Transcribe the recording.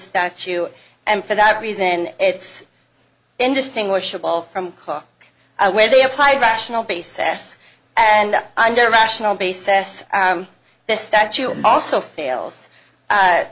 statute and for that reason it's indistinguishable from where they apply rational basis and under rational basis the statue also fails